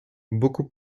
beaucoup